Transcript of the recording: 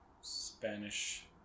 Spanish